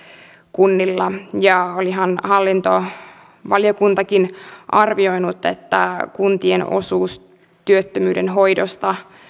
kunnilla olihan hallintovaliokuntakin arvioinut että kuntien osuus työttömyyden hoidosta